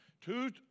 Two